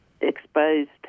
exposed